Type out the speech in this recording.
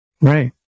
Right